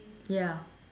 ya